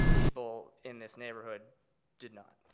people in this neighborhood did not.